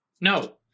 no